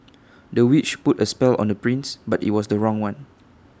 the witch put A spell on the prince but IT was the wrong one